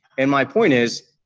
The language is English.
and my point is,